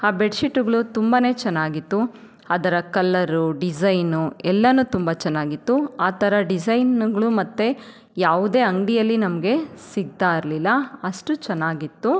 ಆ ಬೆಡ್ಶೀಟುಗಳು ತುಂಬ ಚೆನ್ನಾಗಿತ್ತು ಅದರ ಕಲ್ಲರು ಡಿಸೈನು ಎಲ್ಲಾನು ತುಂಬ ಚೆನ್ನಾಗಿತ್ತು ಆ ಥರ ಡಿಸೈನುಗಳು ಮತ್ತೆ ಯಾವುದೇ ಅಂಗಡಿಯಲ್ಲಿ ನಮಗೆ ಸಿಗ್ತಾ ಇರಲಿಲ್ಲ ಅಷ್ಟು ಚೆನ್ನಾಗಿತ್ತು